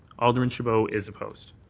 alderman chabot is opposed.